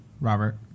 Robert